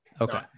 Okay